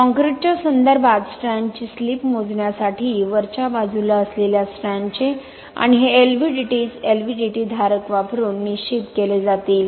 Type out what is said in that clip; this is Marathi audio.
काँक्रिटच्या संदर्भात स्ट्रँडची स्लिप मोजण्यासाठी वरच्या बाजूला असलेल्या स्ट्रँडचे आणि हे LVDTs LVDT धारक वापरून निश्चित केले जातील